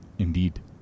Indeed